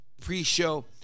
pre-show